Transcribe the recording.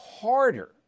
harder